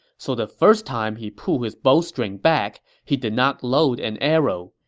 so the first time he pulled his bowstring back, he did not load an arrow.